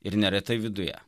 ir neretai viduje